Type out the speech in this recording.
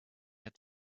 had